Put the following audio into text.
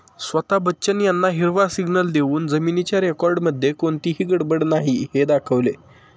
स्वता बच्चन यांना हिरवा सिग्नल देऊन जमिनीच्या रेकॉर्डमध्ये कोणतीही गडबड नाही हे दाखवले